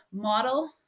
model